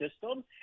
system